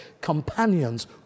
companions